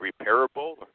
repairable